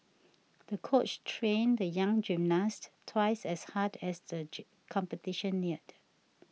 the coach trained the young gymnast twice as hard as the competition neared